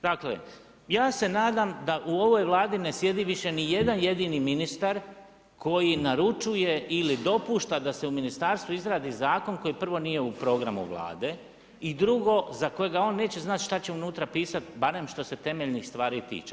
Dakle, ja se nadam da u ovoj Vladi ne sjedi više ni jedan jedini ministar koji naručuje ili dopušta da se u ministarstvu izradi zakon koji prvo nije u programu Vlade i drugo za kojega on neće znati šta će unutra pisati barem što se temeljnih stvari tiče.